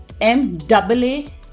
M-double-A